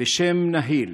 בשם נהיל,